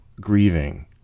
grieving